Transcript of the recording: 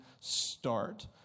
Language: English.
start